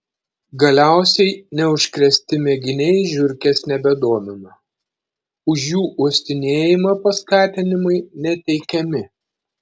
galiausiai neužkrėsti mėginiai žiurkės nebedomina už jų uostinėjimą paskatinimai neteikiami